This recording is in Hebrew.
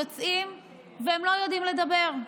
יוצאים והם לא יודעים לדבר,